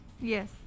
Yes